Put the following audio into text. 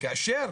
כאשר